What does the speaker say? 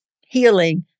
healing